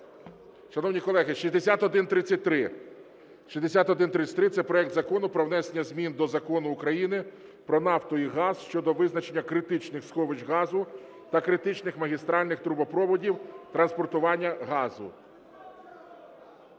Шановні колеги, 6133. 6133, це проект Закону про внесення змін до Закону України "Про нафту і газ" щодо визначення критичних сховищ газу та критичних магістральних трубопроводів транспортування газу.